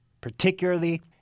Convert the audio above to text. particularly